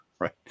Right